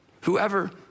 Whoever